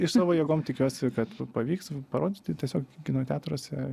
iš savo jėgom tikiuosi kad pavyks parodyti tiesiog kino teatruose